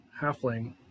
halfling